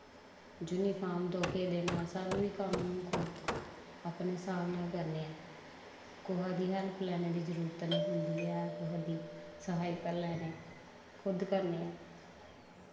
uniform धो के देना सब कुछ कम्म अपने स्हाब नाल करने ऐं कुसै दी हैल्प लैने दी जरूरत नेईं पौंदी ऐ कुसै दा करने दी खुद करी लैन्ने ऐं